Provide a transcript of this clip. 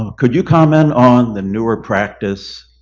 could you comment on the newer practice.